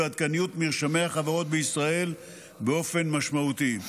והעדכניות של מרשמי החברות בישראל באופן משמעותי.